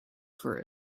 for